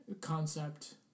concept